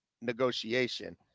negotiation –